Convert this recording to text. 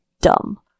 Dumb